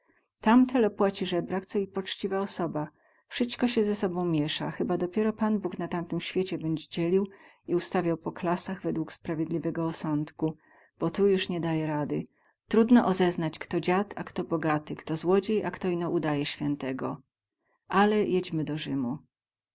tam telo płaci zebrak co i poćciwa osoba wsyćko sie ze sobą miesa cheba dopiero pan bóg na tamtym świecie bedzie dzielił i ustawiał po klasach według sprawiedliwego osądku bo tu juz nie da rady trudno ozeznać kto dziad a kto bogaty kto złodziej a kto ino udaje świętego ale jedźmy do rzymu